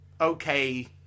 okay